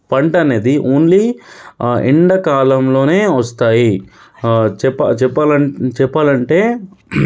పంట అనేది ఓన్లీ ఎండాకాలంలోనే వస్తాయి చెప్పా చెప్పాలా చెప్పాలంటే